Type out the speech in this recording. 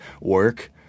work